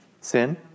sin